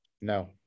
No